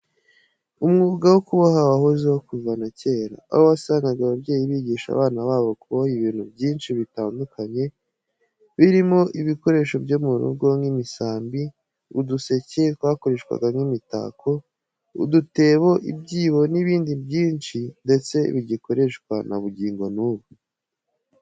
Umwuga wo kuboha wahozeho kuva na kera, aho wasangaga ababyeyi bigisha abana babo kuboha ibintu byinshi bitandukanye, birimo ibikoresho byo mu rugo nk'imisambi, uduseke twakoreshwaga nk'imitako, udutebo, ibyibo n'ibindi byinshi ndetse bigikoreshwa na bugingo n'ubu.